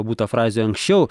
būta frazių anksčiau